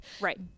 Right